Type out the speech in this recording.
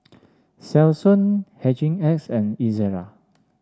Selsun Hygin X and Ezerra